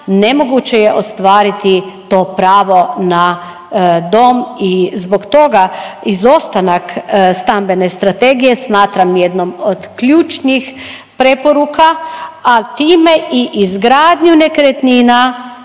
nemoguće je ostvariti to pravo na dom i zbog toga izostanak stambene strategije smatram jednom od ključnih preporuka, a time i izgradnju nekretnina